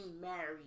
married